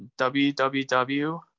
www